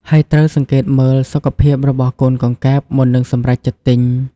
ហើយត្រូវសង្កេតមើលសុខភាពរបស់កូនកង្កែប មុននឹងសម្រេចចិត្តទិញ។